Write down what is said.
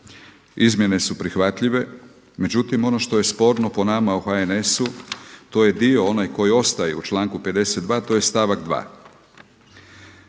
izmjene su prihvatljive. Međutim, ono što je sporno po nama u HNS-u to je dio onaj koji ostaje u članku 52, to je stavak 2.